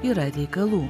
yra reikalų